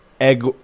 Egg